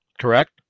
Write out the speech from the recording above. correct